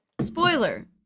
Spoiler